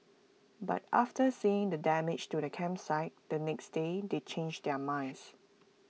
but after seeing the damage to the campsite the next day they changed their minds